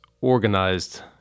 organized